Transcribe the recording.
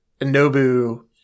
Nobu